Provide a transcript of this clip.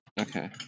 Okay